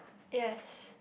yes